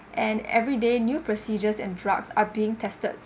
and everyday new procedures and drugs are being tested